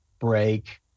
break